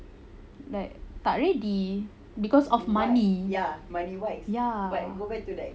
like tak ready because of money ya